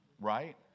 right